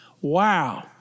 Wow